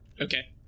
Okay